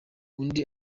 undi